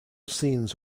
scenes